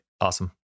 Awesome